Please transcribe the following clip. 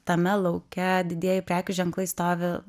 tame lauke didieji prekių ženklai stovi